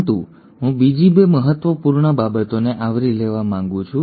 પરંતુ હું બીજી 2 મહત્વપૂર્ણ બાબતોને આવરી લેવા માંગુ છું